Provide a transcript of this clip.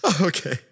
okay